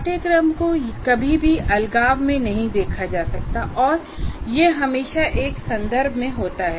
पाठ्यक्रम को कभी भी अलगाव में नहीं देखा जा सकता है और यह हमेशा एक संदर्भ में होता है